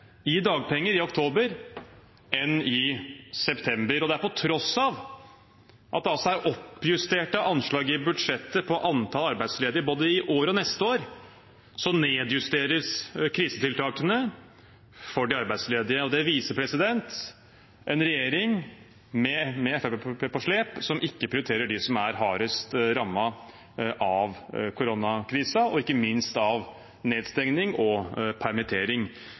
i dagpenger i oktober enn i september. På tross av at det er oppjusterte anslag i budsjettet på antall arbeidsledige både i år og neste år, nedjusteres krisetiltakene for de arbeidsledige. Det viser en regjering – med Fremskrittspartiet på slep – som ikke prioriterer dem som er hardest rammet av koronakrisen, og ikke minst av nedstengning og permittering.